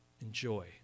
enjoy